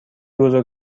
بزرگ